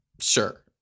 Sure